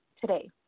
today